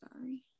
sorry